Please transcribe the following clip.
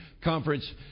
conference